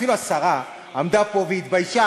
אפילו השרה עמדה פה והתביישה,